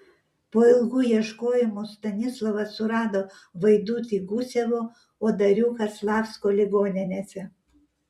po ilgų ieškojimų stanislovas surado vaidutį gusevo o dariuką slavsko ligoninėse